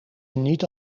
niet